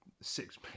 six